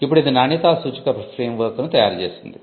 ఇప్పుడు ఇది నాణ్యతా సూచిక ఫ్రేమ్వర్క్ ను అభివృద్ధి చేసింది